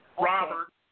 Robert